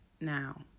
now